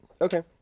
Okay